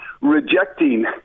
rejecting